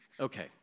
Okay